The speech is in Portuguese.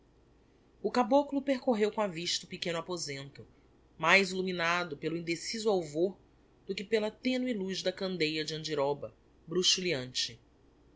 o caboclo percorreu com a vista o pequeno aposento mais illuminado pelo indeciso alvor do que pela tenue luz da candeia de andiroba